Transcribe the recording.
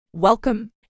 Welcome